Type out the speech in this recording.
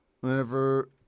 whenever